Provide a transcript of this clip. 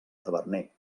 taverner